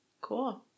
Cool